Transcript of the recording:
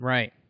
Right